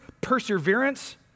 perseverance